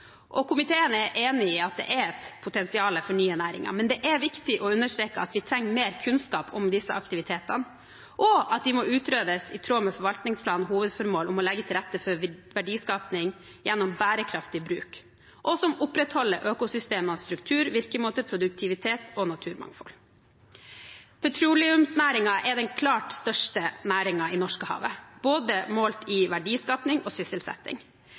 Komiteen er enig i at det er et potensial for nye næringer, men det er viktig å understreke at vi trenger mer kunnskap om disse aktivitetene, og at de må utredes i tråd med forvaltningsplanens hovedformål om å legge til rette for verdiskaping gjennom bærekraftig bruk og opprettholde økosystemers struktur, virkemåte, produktivitet og naturmangfold. Petroleumsnæringen er den klart største næringen i Norskehavet, målt i både verdiskaping og sysselsetting. Men siden 2014 har verdiskapingen i denne næringen og